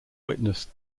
witnessed